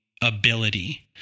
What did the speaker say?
ability